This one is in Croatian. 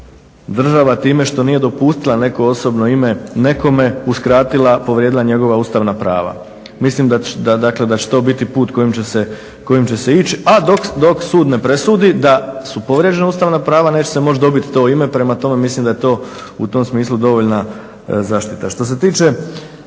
država time što nije dopustila neko osobno ime nekome uskratila, povrijedila njegova ustavna prava. Mislim dakle da će to biti put kojim će se ići, a dok sud ne presudi da su povrijeđena ustavna prava neće se moći dobiti to ime. Prema tome, mislim da je to u tom smislu dovoljna zaštita.